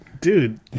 dude